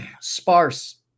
Sparse